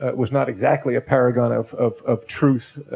was not exactly a paragon of, of, of truth,